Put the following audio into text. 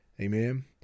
Amen